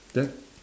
then